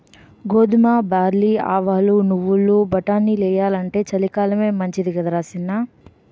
గోధుమ, బార్లీ, ఆవాలు, నువ్వులు, బటానీలెయ్యాలంటే చలికాలమే మంచిదరా సిన్నా